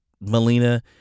Melina